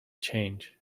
change